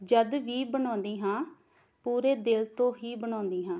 ਜਦ ਵੀ ਬਣਾਉਂਦੀ ਹਾਂ ਪੂਰੇ ਦਿਲ ਤੋਂ ਹੀ ਬਣਾਉਂਦੀ ਹਾਂ